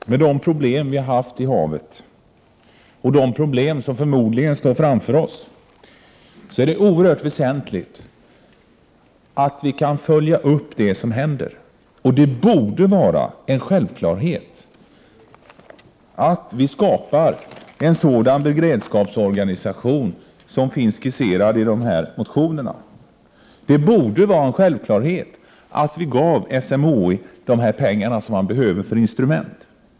Fru talman! Med de problem vi har haft i havet och de problem som förmodligen står framför oss, är det absolut väsentligt att vi kan följa upp det som händer. Det borde vara en självklarhet att vi skapar en sådan beredskapsorganisation som finns skisserad i motionerna. Det borde vara en självklarhet att ge SMHI de pengar som man behöver för instrument.